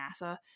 NASA